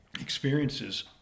experiences